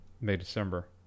May-December